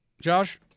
Josh